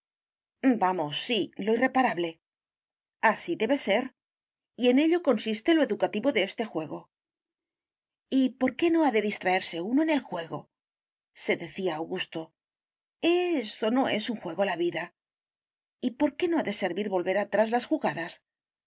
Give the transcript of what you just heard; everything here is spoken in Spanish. vamos sí lo irreparable así debe ser y en ello consiste lo educativo de este juego y por qué no ha de distraerse uno en el juego se decía augusto es o no es un juego la vida y por qué no ha de servir volver atrás las jugadas